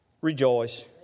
rejoice